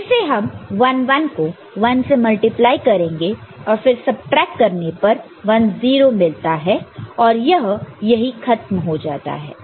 फिर से हम 1 1 को 1 से मल्टिप्लाई करेंगे और फिर सबट्रैक्ट करने पर 1 0 मिलता है और यह यहीं खत्म हो जाता है